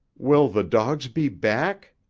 will the dogs be back?